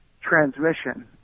transmission